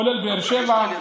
כולל באר שבע,